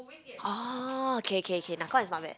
oh okay okay okay Nakhon is not bad